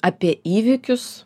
apie įvykius